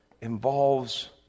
involves